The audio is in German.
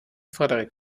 frederik